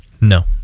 No